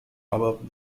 above